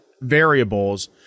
variables